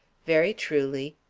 very truly,